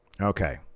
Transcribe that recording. Okay